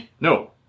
no